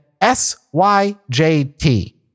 S-Y-J-T